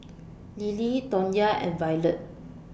Lilie Tawnya and Violet